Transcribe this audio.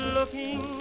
Looking